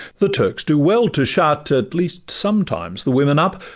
the turks do well to shut at least, sometimes the women up,